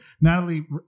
Natalie